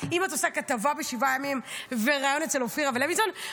אם את עושה כתבה ב-7 ימים וריאיון אצל אופירה ולוינסון,